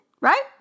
right